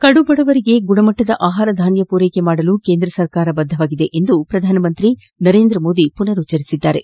ಕಡುಬಡವರಿಗೆ ಗುಣಮಟ್ಟದ ಆಹಾರ ಧಾನ್ಯ ಒದಗಿಸಲು ಕೇಂದ್ರ ಸರ್ಕಾರ ಬದ್ಧವಾಗಿದೆ ಎಂದು ಪ್ರಧಾನಮಂತ್ರಿ ನರೇಂದ್ರ ಮೋದಿ ಮನರುಚ್ಚರಿಸಿದ್ದಾರೆ